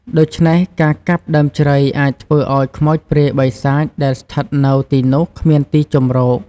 ដូច្នេះ ការកាប់ដើមជ្រៃអាចធ្វើឱ្យខ្មោចព្រាយបិសាចដែលស្ថិតនៅទីនោះគ្មានទីជម្រក។